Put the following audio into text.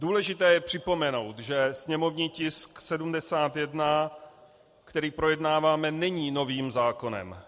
Důležité je připomenout, že sněmovní tisk 71, který projednáváme, není novým zákonem.